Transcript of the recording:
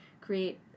create